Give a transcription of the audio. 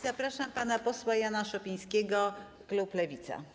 Zapraszam pana posła Jana Szopińskiego, klub Lewica.